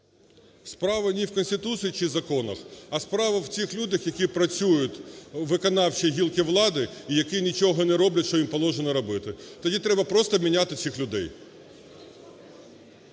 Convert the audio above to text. Справа не в Конституції чи законах, а справа в цих людях, які працюють у виконавчій гілці влади і які нічого не роблять, що їм положено робити. Тоді треба просто міняти цих людей.